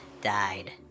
died